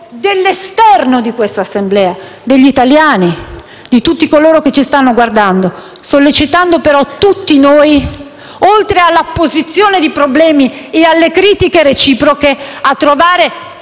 dell'esterno di questa Assemblea, degli italiani, di tutti coloro che ci stanno guardando, sollecitando però tutti noi, oltre all'apposizione di problemi e alle critiche reciproche, a trovare presto